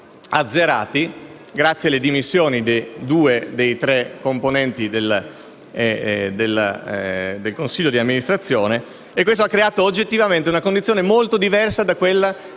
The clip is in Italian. grazie alle dimissioni di due dei tre componenti del Consiglio di amministrazione e questo ha creato oggettivamente una condizione molto diversa da quella che esisteva